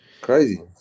crazy